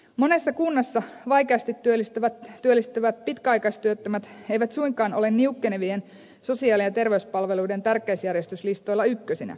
monessa kunnassa vaikeasti työllistyvät pitkäaikaistyöttömät eivät suinkaan ole niukkenevien sosiaali ja terveyspalveluiden tärkeysjärjestyslistoilla ykkösinä